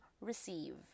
receive